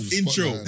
Intro